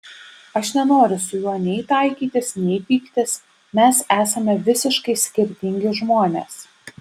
aš nenoriu su juo nei taikytis nei pyktis mes esame visiškai skirtingi žmonės